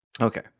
okay